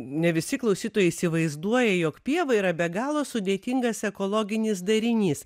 ne visi klausytojai įsivaizduoja jog pieva yra be galo sudėtingas ekologinis darinys